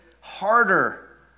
harder